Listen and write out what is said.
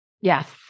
Yes